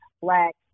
black